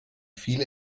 viele